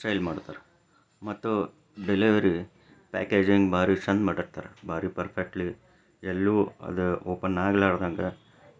sale ಮಾಡ್ತಾರೆ ಮತ್ತು delivery packaging ಭಾರಿ ಚಂದ ಮಾಡಿರ್ತಾರೆ ಭಾರಿ ಪರ್ಫೆಕ್ಟ್ಲಿ ಎಲ್ಲೂ ಅದು ಓಪನ್ ಆಗ್ಲಾರ್ದಂಗ